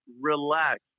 relax